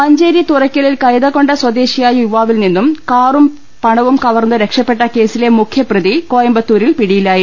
മഞ്ചേരി തുറക്കലിൽ കൈതകൊണ്ട സ്വദേശിയായ യുവാ വിൽ നിന്നും കാറും പണവും കവർന്ന് രക്ഷപ്പെട്ട കേസിലെ മുഖ്യപ്രതി കോയമ്പത്തൂരിൽ പിടിയിലായി